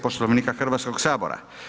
Poslovnika Hrvatskog sabora.